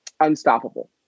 unstoppable